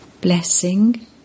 Blessing